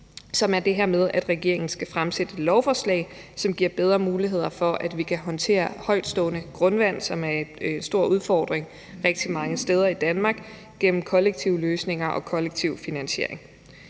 som er det her med, at regeringen skal fremsætte et lovforslag, som giver bedre muligheder for, at vi kan håndtere højtstående grundvand, som er en stor udfordring rigtig mange steder i Danmark, gennem kollektive løsninger og kollektiv finansiering.